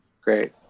Great